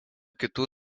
kitų